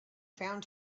found